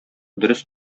дөрес